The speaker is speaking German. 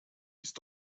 ist